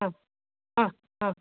ആ ആ ആ